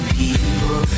people